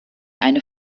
eine